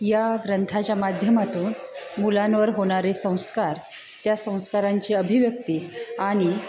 या ग्रंथाच्या माध्यमातून मुलांवर होणारे संस्कार त्या संस्कारांची अभिव्यक्ती आणि